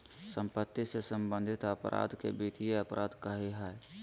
सम्पत्ति से सम्बन्धित अपराध के वित्तीय अपराध कहइ हइ